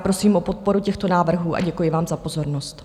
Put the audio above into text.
Prosím o podporu těchto návrhů a děkuji vám za pozornost.